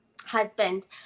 husband